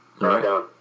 right